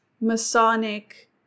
Masonic